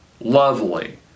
lovely